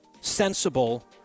sensible